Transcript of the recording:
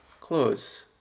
close